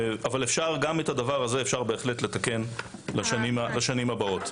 אפשר גם את זה לתקן לשנים הבאות.